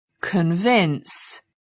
convince